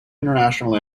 international